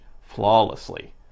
flawlessly